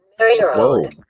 Whoa